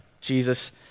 Jesus